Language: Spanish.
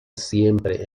siempre